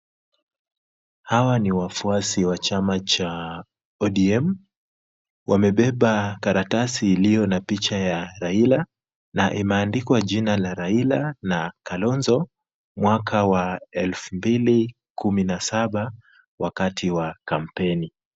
Hawa ni wafuasi wa chama cha ODM, wamebeba karatasi iliyo na picha ya Raila, na imeandikwa jina la Raila na Kalonzo. Mwaka wa 2017 wakati wa kampeni.